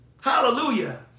Hallelujah